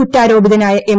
കുറ്റാരോപിതനായ M